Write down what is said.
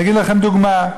אני אתן לכם דוגמה,